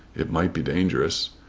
it might be dangerous.